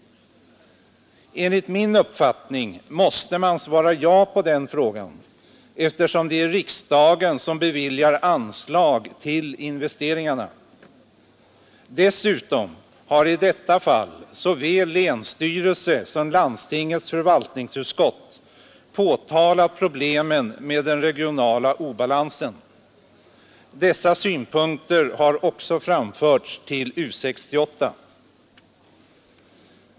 Enligt min uppfattning måste man svara ja på den frågan eftersom det är riksdagen som beviljar anslag till investeringarna. Dessutom har i detta fall såväl länsstyrelse som landstingets förvaltningsutskott påtalat problemen med den regionala obalansen. Dessa synpunkter har också framförts till U 68.